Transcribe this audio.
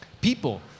People